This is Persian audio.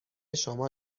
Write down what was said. شما